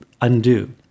undo